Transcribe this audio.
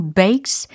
bakes